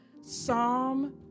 Psalm